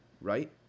right